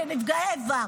כנפגעי איבה.